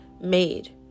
made